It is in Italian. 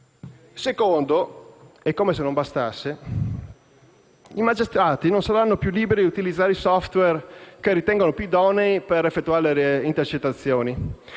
luogo, e come se non bastasse, i magistrati non saranno più liberi di utilizzare i *software* che ritengono più idonei per effettuare le intercettazioni.